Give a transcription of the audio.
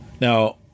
now